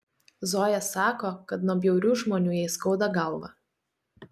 zoja sako kad nuo bjaurių žmonių jai skauda galvą